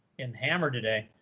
and hammered today.